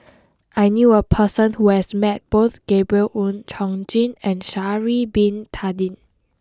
I knew a person who has met both Gabriel Oon Chong Jin and Sha'ari Bin Tadin